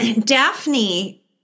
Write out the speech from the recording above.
Daphne